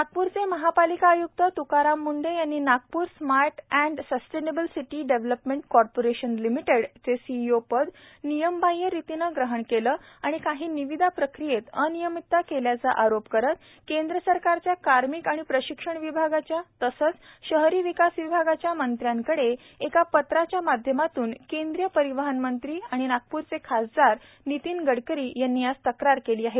नागपूरचे महापालिका आय्क्त त्काराम मुंढे यांनी Nagpur smart and sustainable city development corporation लिमिटेडचे सीईओ पद नियमबाह्य रितीने ग्रहण केले आणि काही निविदा प्रक्रियेत अनियमितता केल्याचा आरोप करत केंद्र सरकारच्या कार्मिक आणि प्रशिक्षण विभागाच्या तसेच शहरी विकास विभागाच्या मंत्र्यांकडे एका पत्राच्या माध्यमातून केंद्रीय परिवहन मंत्री तसेच नागपूरचे खासदार नितीन गडकरी यांनी आज तक्रार केली आहे